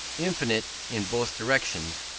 infinite in both directions,